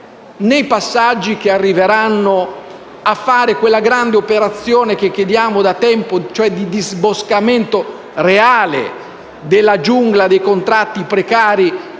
nei passaggi che arriveranno, a fare quella grande operazione, che chiediamo da tempo, di disboscamento reale della giungla dei contratti precari, che